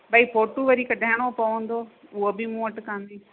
भई फोटू वरी कढाइणो पवंदो उहो बि मूं वटि कान्हे